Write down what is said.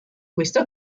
questo